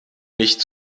nicht